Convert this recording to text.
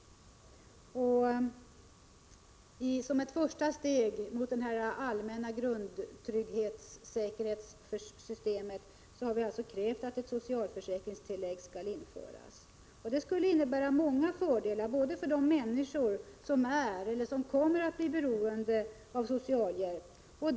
Som ett första steg mot det allmänna grundtrygghetssystemet har vi krävt att ett socialförsäkringstillägg skall införas. Det skulle innebära många fördelar för de människor som är eller kommer att bli beroende av socialhjälp.